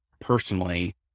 personally